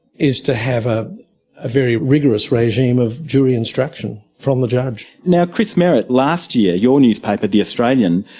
is to have a ah very rigorous regime of jury instruction from the judge. now chris merritt, last year your newspaper, the australian,